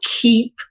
keep